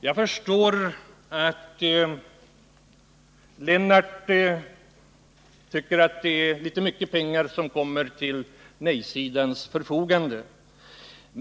Jag förstår att Lennart Blom tycker att det är mycket pengar som ställs till nej-sidans förfogande.